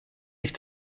ich